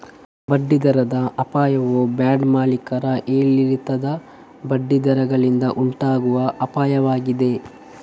ಬಡ್ಡಿ ದರದ ಅಪಾಯವು ಬಾಂಡ್ ಮಾಲೀಕರಿಗೆ ಏರಿಳಿತದ ಬಡ್ಡಿ ದರಗಳಿಂದ ಉಂಟಾಗುವ ಅಪಾಯವಾಗಿದೆ